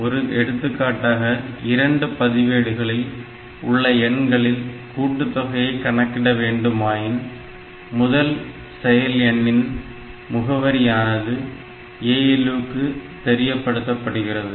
ஒரு எடுத்துக்காட்டாக இரண்டு பதிவேடுகளில் உள்ள எண்களின் கூட்டுத்தொகையை கணக்கிட வேண்டுமாயின் முதலில் செயல் எண்களின் முகவரியானது ALU க்கு தெரியப்படுத்தப்படுகிறது